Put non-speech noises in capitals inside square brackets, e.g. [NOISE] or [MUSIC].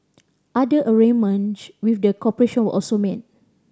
other arrangement [UNINTELLIGIBLE] with the corporation were also made